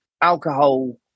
alcohol